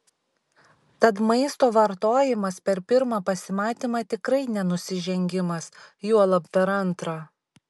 tad maisto vartojimas per pirmą pasimatymą tikrai ne nusižengimas juolab per antrą